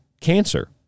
cancer